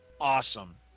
awesome